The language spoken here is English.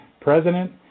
president